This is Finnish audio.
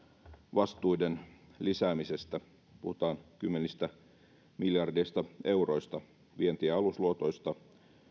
vastuiden lisäämisestä puhutaan kymmenistä miljardeista euroista vienti ja alusluotoista